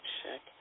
check